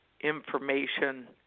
information